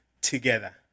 together